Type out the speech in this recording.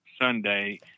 Sunday